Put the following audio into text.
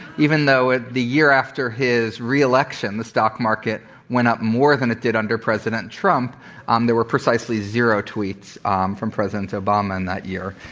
even though ah the year after his re-election, the stock market went up more than it did under president trump on there were precisely zero tweets um from president obama in that year,